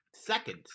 seconds